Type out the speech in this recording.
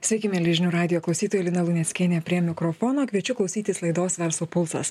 sveiki mieli žinių radijo klausytojai lina luneckienė prie mikrofono kviečiu klausytis laidos verslo pulsas